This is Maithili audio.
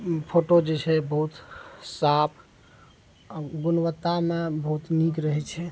उ फोटो जे छै बहुत साफ आओर गुणवत्तामे बहुत नीक रहय छै